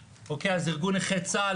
ארגון נכי צה"ל,